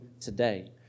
today